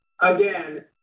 Again